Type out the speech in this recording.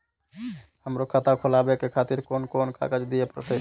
हमरो खाता खोलाबे के खातिर कोन कोन कागज दीये परतें?